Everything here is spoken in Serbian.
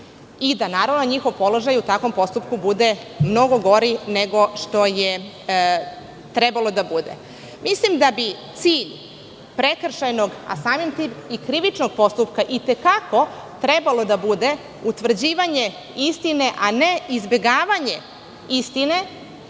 i da naravno njihov položaj u takvom postupku bude mnogo gori nego što je trebalo da bude. Mislim da bi cilj prekršajnog, a samim tim i krivičnog postupka, i te kako trebalo da bude utvrđivanje istine, a ne izbegavanje istine